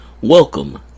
Welcome